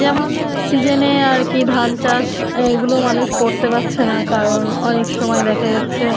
যেমন সিজেনে আর কি ধান চাষ এইগুলো মানুষ করতে পারছে না কারণ অনেক সময় দেখা যাচ্ছে